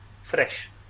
fresh